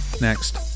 Next